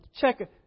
check